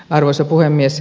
arvoisa puhemies